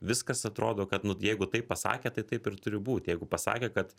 viskas atrodo kad nu jeigu taip pasakė tai taip ir turi būt jeigu pasakė kad